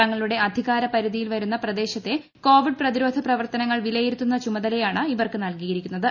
തങ്ങളുടെ അധികാര പരിധിയിൽ പ്രദേശത്തെ കോവിഡ് പ്രതിരോധ പ്രവർത്തനങ്ങൾ വില്യിരുത്തുന്ന ചുമതലയാണ് ഇവർക്ക് നൽകിയിര്യിക്കുന്ന്ത്